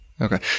okay